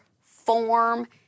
form